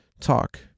talk